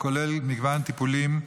הכולל מגוון טיפולים,